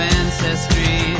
ancestry